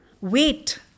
wait